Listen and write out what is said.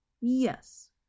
Yes